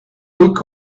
look